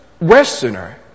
Westerner